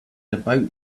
about